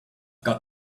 got